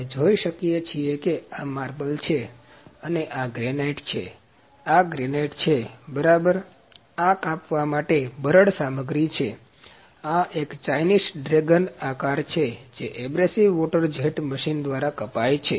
આપણે જોઈ શકીએ છીએ કે આ માર્બલ છે અને આ ગ્રેનાઇટ છે આ ગ્રેનાઇટ છે બરાબર આ કાપવા માટે બરડ સામગ્રી છે આ એક ચાઇનીઝ ડ્રેગન આકાર છે જે અબ્રેસીવ વોટર જેટ મશીન દ્વારા કપાય છે